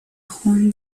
خون